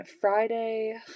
Friday